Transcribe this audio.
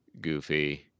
goofy